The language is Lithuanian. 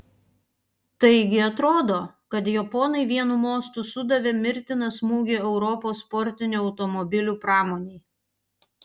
taigi atrodo kad japonai vienu mostu sudavė mirtiną smūgį europos sportinių automobilių pramonei